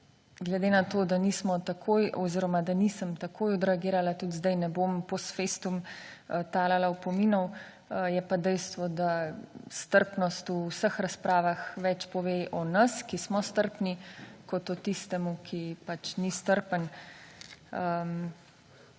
glede na to, da nismo takoj oziroma, da nisem takoj odreagirala tudi zdaj ne bom post festum talala opominov, je pa dejstvo, da strpnost v vseh razpravah več pove o nas, ki smo strpni kot o tistemu, ki pač ni strpen.